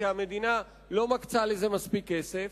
כי המדינה לא מקצה לזה מספיק כסף,